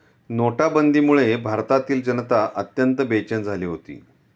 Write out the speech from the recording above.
नोटाबंदीमुळे भारतातील जनता अत्यंत बेचैन झाली होती